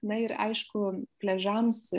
na ir aišku pliažams